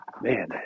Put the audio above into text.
man